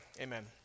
amen